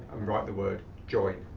um write the word join,